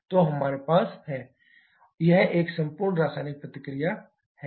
तो हमारे पास है CH4 2O2 → CO2 2H2O यह एक पूर्ण रासायनिक प्रतिक्रिया है